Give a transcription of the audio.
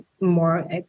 more